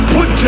Put